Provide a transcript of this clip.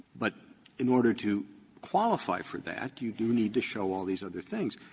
but in order to qualify for that you do need to show all these other things.